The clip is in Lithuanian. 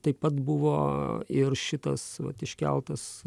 taip pat buvo ir šitas vat iškeltas